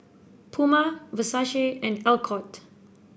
Puma Versace and Alcott